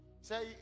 say